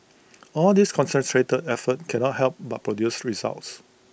all this concentrated effort cannot help but produce results